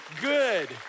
good